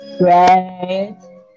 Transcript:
Right